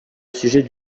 sujet